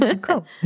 Cool